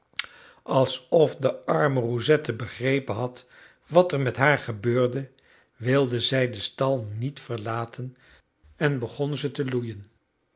alsof de arme roussette begrepen had wat er met haar gebeurde wilde zij den stal niet verlaten en begon ze te loeien